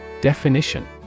Definition